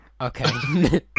Okay